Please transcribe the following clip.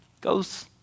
goes